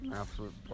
absolute